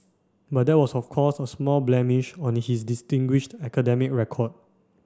but that was of course a small blemish on his distinguished academic record